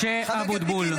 (קורא בשם חבר הכנסת) משה אבוטבול,